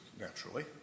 Naturally